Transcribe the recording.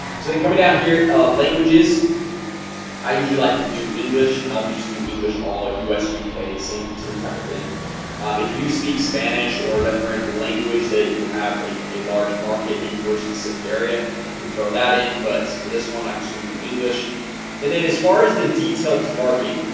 so then coming down here languages i usually like to do english and i'll just do english all us uk same same type of thing if you speak spanish or a different language that you have a a large market in your specific area you can throw that in but for this one, i'm just gonna do english and then as far as the detailed targeting,